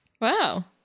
Wow